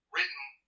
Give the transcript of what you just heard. Written